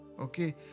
Okay